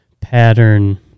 pattern